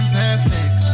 perfect